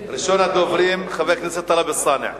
הצעות שמספרן 3709,